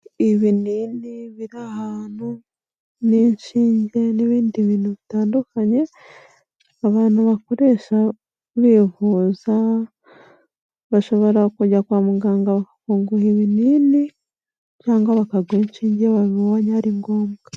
Ibinini biri ahantu n'inshinge n'ibindi bintu bitandukanye abantu bakoresha bivuza, bashobora kujya kwa muganga bukaguha ibinini cyangwa bakaguha inshinge iyo babonye ari ngombwa.